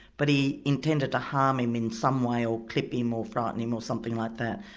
but he intended to harm him in some way, or clip him or frighten him or something like that.